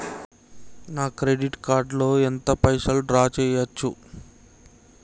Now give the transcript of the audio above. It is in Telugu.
నా క్రెడిట్ కార్డ్ లో ఎంత పైసల్ డ్రా చేయచ్చు?